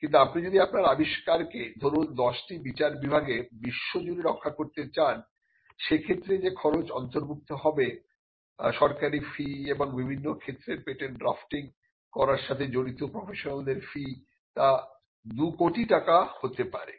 কিন্তু আপনি যদি আপনার আবিষ্কারকে ধরুন দশটি বিচারবিভাগে বিশ্বজুড়ে রক্ষা করতে চান সে ক্ষেত্রে যে খরচ অন্তর্ভুক্ত হবে সরকারি ফি এবং বিভিন্ন ক্ষেত্রের পেটেন্ট ড্রাফটিং করার সাথে জড়িত প্রফেশনালদের ফি তা দুকোটি টাকা হতে পারে